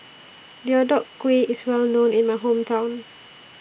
Deodeok Gui IS Well known in My Hometown